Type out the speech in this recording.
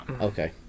Okay